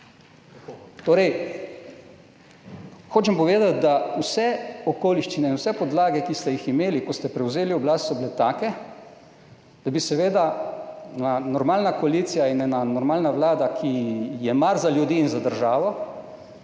Torej, hočem povedati, da so bile vse okoliščine in vse podlage, ki ste jih imeli, ko ste prevzeli oblast, take, da bi seveda normalna koalicija in ena normalna vlada, ki ji je mar za ljudi in državo,